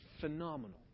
phenomenal